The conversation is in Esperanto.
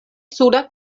suda